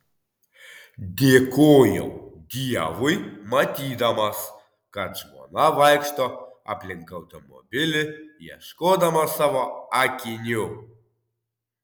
dėkojau dievui matydamas kad žmona vaikšto aplink automobilį ieškodama savo akinių